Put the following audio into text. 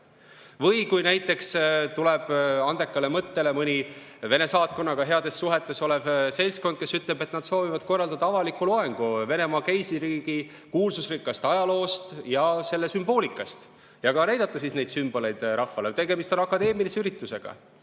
Või kui näiteks tuleb andekale mõttele mõni Vene saatkonnaga heades suhetes olev seltskond, kes ütleb, et nad soovivad korraldada avaliku loengu Venemaa Keisririigi kuulsusrikkast ajaloost ja selle sümboolikast ja ka näidata neid sümboleid rahvale. Tegemist on akadeemilise üritusega,